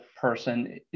person